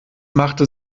machte